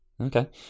Okay